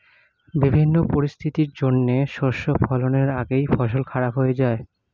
বিভিন্ন পরিস্থিতির জন্যে শস্য ফলনের আগেই ফসল খারাপ হয়ে যায়